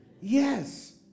Yes